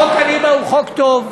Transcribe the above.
חוק הליבה הוא חוק טוב,